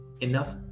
enough